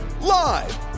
Live